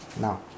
Now